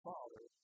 Father